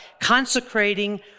consecrating